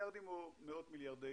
מכיר את